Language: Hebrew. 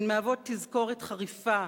והן מהוות תזכורת חריפה